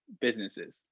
businesses